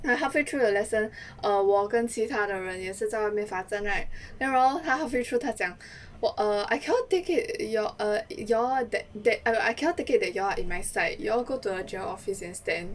I halfway through the lesson err 我跟其他的人也是也是在外面罚站 right then 然后他他讲我 err I cannot take it your err your all that that I cannot take it that you all are in my sight you all go to the general office and stand